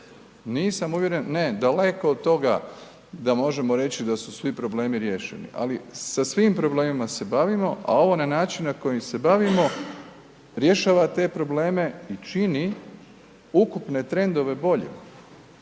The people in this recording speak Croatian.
nisam uvjeren. Ne, daleko od toga da možemo reći da su svi problemi riješeni, ali sa svim problemima se bavimo, a ovo na način na koji se bavimo rješava te probleme i čini ukupne trendove boljim.